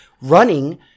running